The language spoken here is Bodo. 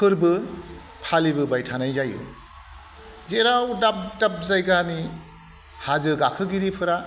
फोरबो फालिबोबाय थानाय जायो जेराव दाब दाब जायगानि हाजो गाखोगिरिफोरा